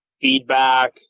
feedback